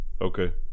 Okay